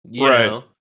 Right